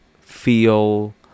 feel